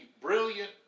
brilliant